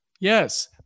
Yes